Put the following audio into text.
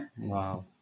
Wow